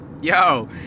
yo